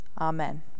Amen